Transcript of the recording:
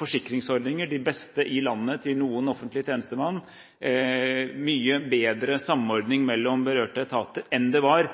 forsikringsordninger – de beste i landet til noen offentlig tjenestemann – og mye bedre samordning mellom berørte etater enn det var